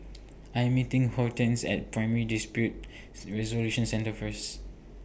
I Am meeting Hortense At Primary Dispute Resolution Centre First